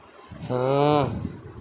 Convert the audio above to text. ہاں